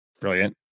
Brilliant